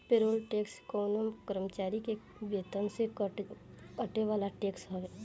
payroll tax कवनो कर्मचारी के वेतन से कटे वाला टैक्स हवे